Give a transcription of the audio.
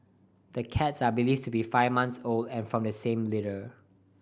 the cats are believed to be five months old and from the same litter